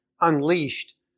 unleashed